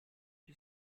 più